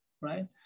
right